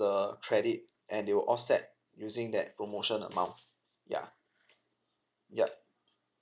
the credit and they will offset using that promotion amount ya yup